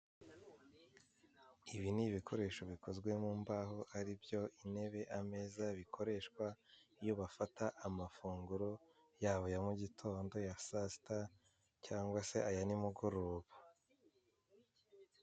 Ibi ni ibikoresho bikozwe mu mbaho aribyo intebe, ameza bikoreshwa iyo bafata amafunguro yaba aya mu gitondo aya saa sita cyangwa se aya n' mugoroba.